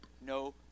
no